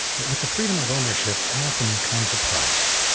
but with the freedom of ownership, often comes a price.